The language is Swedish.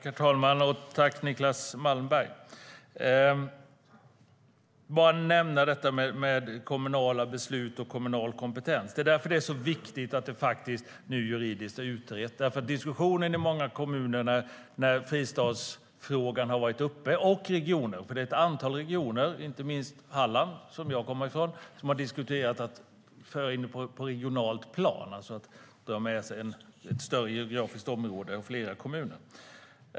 Herr talman! Jag tackar Niclas Malmberg. Jag vill nämna kommunala beslut och kommunal kompetens. Det är viktigt att detta nu är utrett juridiskt. Det har varit diskussioner i många kommuner och även i regioner om fristadsfrågan. Ett antal regioner, inte minst Halland som jag kommer ifrån, har diskuterat att föra upp detta på ett regionalt plan och alltså dra med sig ett större geografiskt område och fler kommuner.